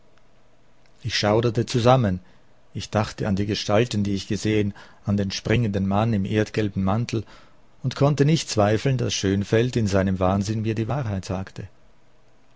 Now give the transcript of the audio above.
ich schauderte zusammen ich dachte an die gestalten die ich gesehen an den springenden mann im erdgelben mantel und konnte nicht zweifeln daß schönfeld in seinem wahnsinn mir die wahrheit sagte